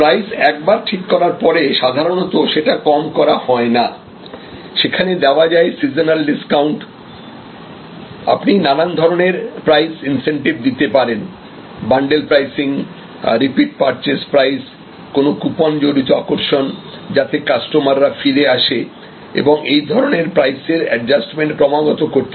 price একবার ঠিক করার পরে সাধারণত সেটা কম করা হয় না সেখানে দেওয়া যায় সিজনাল ডিসকাউন্ট আপনি নানান ধরনের প্রাইস ইন্সেন্টিভ দিতে পারেন bundle pricing repeat purchase price কোন কুপন জড়িত আকর্ষণ যাতে কাস্টমাররা ফিরে আসে এবং এই ধরনের প্রাইসের এডজাস্টমেন্ট ক্রমাগত করতে হয়